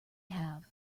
have